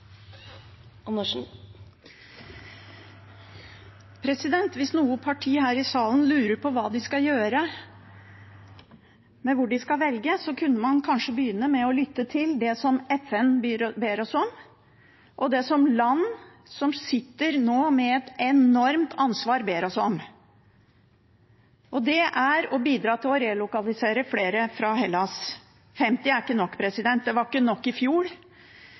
Hvis noe parti her i salen lurer på hva de skal gjøre, og hva de skal velge, kunne de kanskje begynne med å lytte til det FN ber oss om, og det land som nå sitter med et enormt ansvar, ber oss om. Det er å bidra til å relokalisere flere fra Hellas. 50 er ikke nok. Det var ikke nok i fjor,